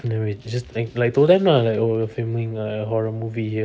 then we just like like we told them lah like oh we're filming a horror movie here